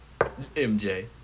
MJ